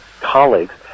colleagues